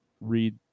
read